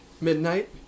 Midnight